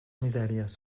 misèries